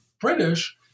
British